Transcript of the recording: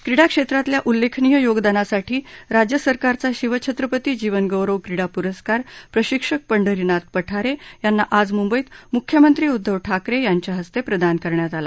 क्रीडा क्षेत्रातल्या उल्लेखनीय योगदानासाठी महाराष्ट्र सरकारचा शिवछत्रपती जीवन गौरव क्रीडा पुरस्कार प्रशिक्षक पंढरीनाथ पठारे यांना आज मुंबईत मुख्यमंत्री उद्धव ठाकरे यांच्या हस्ते प्रदान करण्यात आला